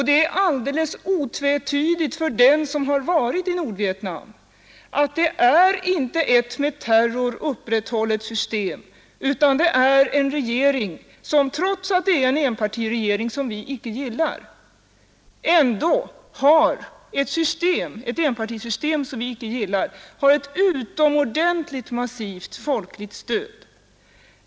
Det är alldeles otvetydigt för den som varit i Nordvietnam att det inte är ett med terror upprätthållet system, utan en regering som trots att det är ett enpartisystem — ett system som vi inte gillar — ändå har ett utomordentligt massivt folkligt stöd.